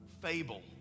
Fable